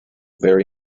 very